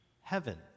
heaven